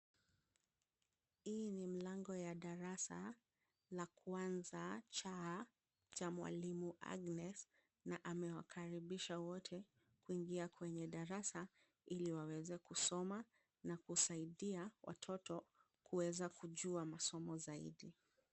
Hii ni mlango ya darasa la kwanza C cha mwalimu Agnes na amewakaribisha wote, kuingia kwenye darasa ili waweze kusoma na kusaidia watoto kuweza kujua masomo zaidi.